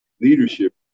leadership